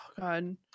god